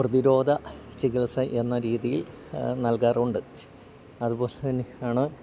പ്രതിരോധ ചികിത്സ എന്ന രീതിയിൽ നൽകാറുണ്ട് അതുപോലെ തന്നെയാണ്